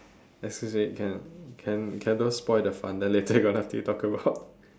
excuse me can can can don't spoil the fun then later you got nothing to talk about